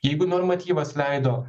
jeigu normatyvas leido